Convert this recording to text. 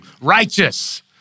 Righteous